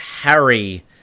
Harry